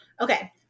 Okay